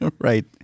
Right